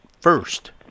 first